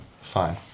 Fine